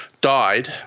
died